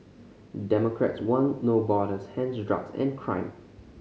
democrats want No Borders hence drugs and crime